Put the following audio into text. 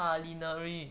culinary